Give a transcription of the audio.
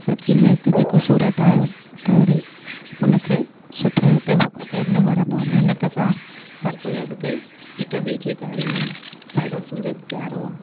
सची में हिते जेको सूरत आयो त वरी उनखे सुठो हिते वाप केरु न वणंदो आहे महिनत सां हर कोई अॻिते हिक ॿिए खे चाढ़िंदा आहिनि ॾाढो सूरत प्यारो आहे